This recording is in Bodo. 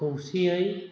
खौसेयै